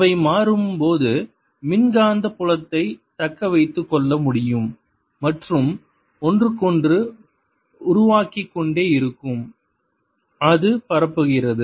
அவை மாறும்போது மின்காந்த புலத்தைத் தக்க வைத்துக் கொள்ள முடியும் மற்றும் ஒன்றுக்கொன்று உருவாக்கிக்கொண்டே இருக்கும் அது பரப்புகிறது